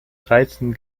reizen